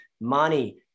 money